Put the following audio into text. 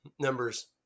numbers